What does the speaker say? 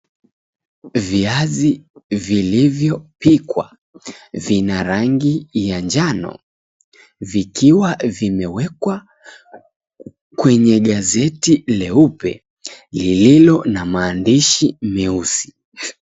Viazi vilivyo pikwa vina rangi ya njano, vikiwa vimewekwa kwenye gazeti leupe, lililo na maandishi meusi.